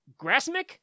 Grasmick